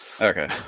okay